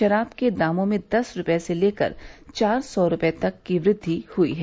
शराब के दामों में दस रूपये से लेकर चार सौ रूपये तक की वृद्धि हुई है